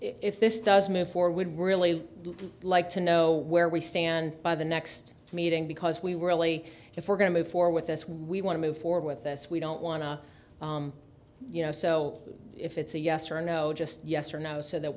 if this does move for would really like to know where we stand by the next meeting because we were really if we're going to move for with this we want to move forward with this we don't want to you know so if it's a yes or no just yes or no so that